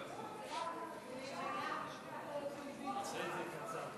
חבריי חברי הכנסת, גם אני אשתדל לקצר,